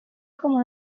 como